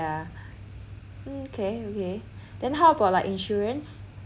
ya okay okay then how about like insurance